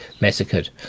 massacred